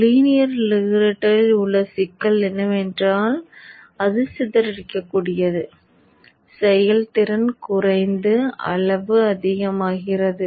linear ரெகுலேட்டரில் உள்ள சிக்கல் என்னவென்றால் அது சிதறடிக்கக்கூடியது செயல்திறன் குறைந்து அளவு அதிகமாகிறது